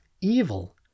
evil